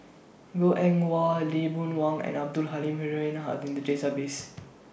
Goh Eng Wah Lee Boon Wang and Abdul Halim Haron Are in The Database